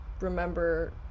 remember